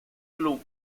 club